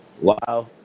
Wow